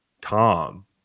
Tom